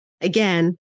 again